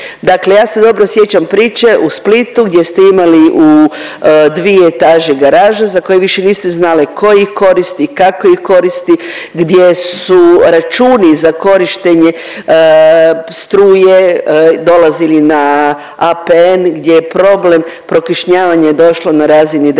Dakle, ja se dobro sjećam priče u Splitu gdje ste imali u dvije etaže garaže za koje više niste znali ko ih koristi, kako ih koristi, gdje su računi za korištenje struje, dolazili li na APN gdje je problem prokišnjavanja došlo na razini država